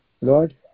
Lord